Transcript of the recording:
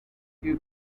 you